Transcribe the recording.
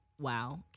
wow